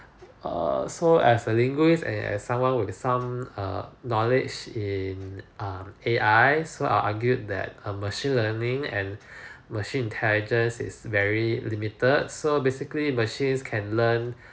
err so as a linguist and as someone with some knowledge in err A_I so I'll argue that a machine learning and machine intelligence is very limited so basically machines can learn